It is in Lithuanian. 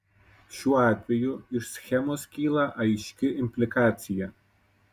šiuo atveju iš schemos kyla aiški implikacija